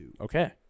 Okay